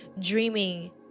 dreaming